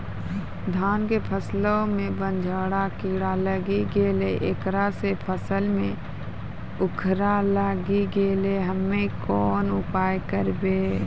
धान के फसलो मे बनझोरा कीड़ा लागी गैलै ऐकरा से फसल मे उखरा लागी गैलै हम्मे कोन उपाय करबै?